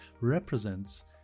represents